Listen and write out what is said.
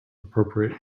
appropriate